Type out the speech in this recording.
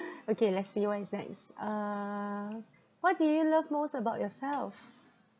okay let's see what is next uh what do you love most about yourself